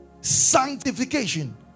sanctification